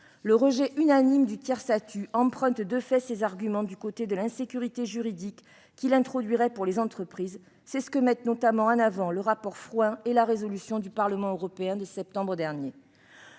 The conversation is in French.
Le rejet unanime du tiers-statut emprunte de fait ses arguments du côté de l'insécurité juridique qu'il introduirait pour les entreprises. C'est ce que mettent notamment en avant le rapport Frouin et la résolution du Parlement européen de septembre dernier.